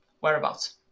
Whereabouts